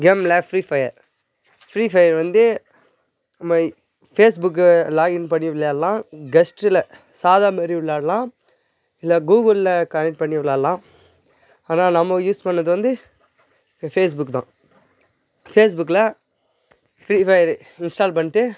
கேமில் Free Fire Free Fire வந்து நம்மை ஃபேஸ் புக்கை லாகின் பண்ணி விளையாடலாம் கெஸ்ட்டில் சாதா மாரி விளாடலாம் இல்லை கூகுளில் கனெக்ட் பண்ணி விளாடலாம் ஆனால் நம்ம யூஸ் பண்ணிணது வந்து ஃபேஸ் புக்கு தான் ஃபேஸ் புக்கில் ஃப்ரீ ஃபயர் இன்ஸ்டால் பண்ணிட்டு